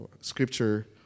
scripture